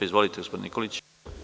Izvolite, gospodine Nikoliću.